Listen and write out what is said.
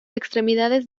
extremidades